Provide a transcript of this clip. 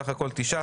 סך הכול תשעה.